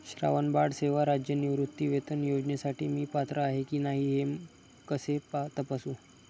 श्रावणबाळ सेवा राज्य निवृत्तीवेतन योजनेसाठी मी पात्र आहे की नाही हे मी कसे तपासू?